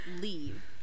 leave